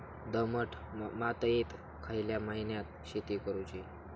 दमट मातयेत खयल्या महिन्यात शेती करुची?